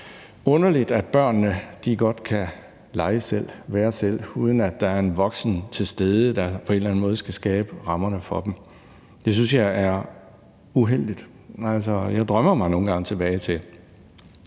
underligt, at børnene godt kan lege selv og være selv, uden at der er en voksen til stede, der på en eller anden måde skal skabe rammerne for dem. Det synes jeg er uheldigt. Altså, jeg drømmer mig nogle gange tilbage til